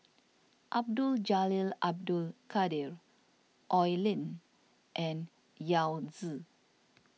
Abdul Jalil Abdul Kadir Oi Lin and Yao Zi